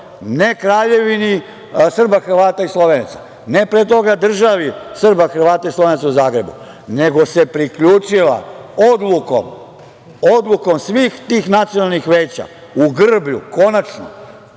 ne Kraljevini Srba, Hrvata i Slovenaca, ne pre toga državi Srba, Hrvata i Slovenaca u Zagrebu, nego se priključila, odlukom svih tih nacionalnih veća u Grblju je, konačno,